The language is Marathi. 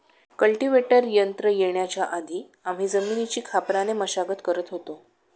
कल्टीवेटर यंत्र येण्याच्या आधी आम्ही जमिनीची खापराने मशागत करत होतो